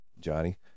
Johnny